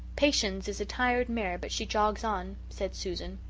patience is a tired mare but she jogs on, said susan.